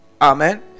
Amen